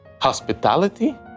hospitality